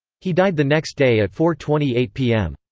he died the next day at four twenty eight p m.